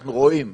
אנחנו רואים,